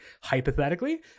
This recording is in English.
hypothetically